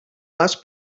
les